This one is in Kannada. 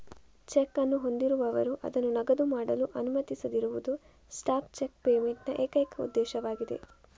ಚೆಕ್ ಅನ್ನು ಹೊಂದಿರುವವರು ಅದನ್ನು ನಗದು ಮಾಡಲು ಅನುಮತಿಸದಿರುವುದು ಸ್ಟಾಪ್ ಚೆಕ್ ಪೇಮೆಂಟ್ ನ ಏಕೈಕ ಉದ್ದೇಶವಾಗಿದೆ